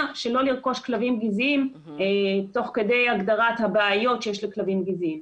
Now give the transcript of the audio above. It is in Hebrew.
שלא לרכוש כלבים גזעיים תוך כדי הגדרת הבעיות שיש לכלבים גזעיים.